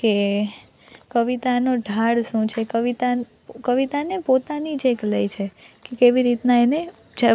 કે કવિતાનો ઢાળ શું છે કવિતા કવિતાને પોતાનો જ એક લય છે કેવી રીતના એને